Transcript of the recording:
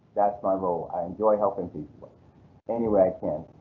that's my role. i enjoy helping people anyway i can.